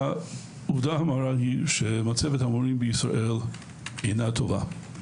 העובדה המרה היא שמצבת המורים במדינת ישראל אינה טובה.